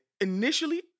initially